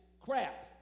crap